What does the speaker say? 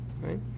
right